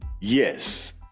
Yes